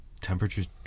temperature's